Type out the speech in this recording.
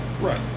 Right